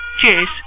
Cheers